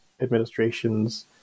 administrations